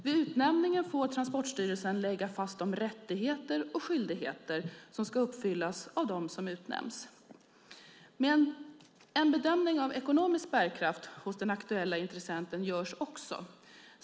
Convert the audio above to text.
Vid utnämningen får Transportstyrelsen lägga fast de rättigheter och skyldigheter som ska uppfyllas av den som utnämns. Men en bedömning av ekonomisk bärkraft hos den aktuella intressenten görs också.